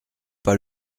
pas